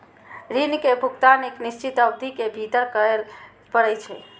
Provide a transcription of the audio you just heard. ऋण के भुगतान एक निश्चित अवधि के भीतर करय पड़ै छै